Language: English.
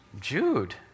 Jude